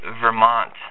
Vermont